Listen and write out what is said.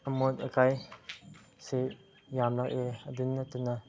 ꯑꯃꯣꯠ ꯑꯀꯥꯏꯁꯦ ꯌꯥꯝꯂꯛꯑꯦ ꯑꯗꯨ ꯅꯠꯇꯅ